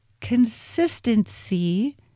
consistency